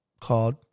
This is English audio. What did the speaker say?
called